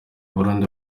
abarundi